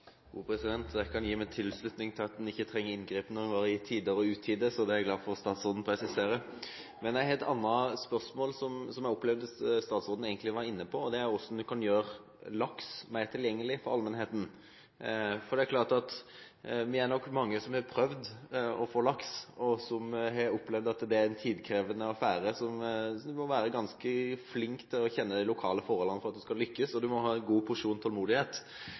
jeg glad for at statsråden presiserer. Jeg har et spørsmål som jeg oppfatter at statsråden var inne på. Det handler om hvordan man kan gjøre laks mer tilgjengelig for allmennheten. Vi er nok mange som har prøvd å få laks, og som har opplevd at det er en tidkrevende affære. Man må være ganske flink og kjenne lokale forhold for å skulle lykkes, og man må ha en god porsjon tålmodighet.